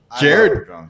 Jared